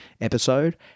episode